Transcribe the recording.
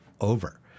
over